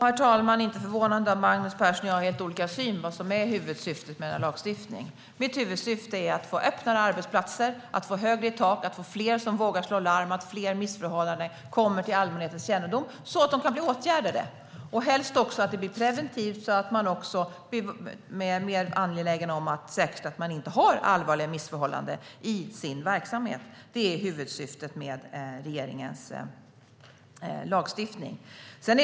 Herr talman! Det är inte förvånande att Magnus Persson och jag har helt olika syn på vilket som är huvudsyftet med denna lagstiftning. Mitt huvudsyfte är att få öppnare arbetsplatser, att få högre i tak, att få fler som vågar slå larm och att fler missförhållanden kommer till allmänhetens kännedom så att de kan bli åtgärdade. Helst ska detta fungera preventivt så att man blir mer angelägen om att säkerställa att man inte har allvarliga missförhållanden i sin verksamhet. Det är huvudsyftet med regeringens lagstiftning.